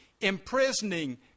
imprisoning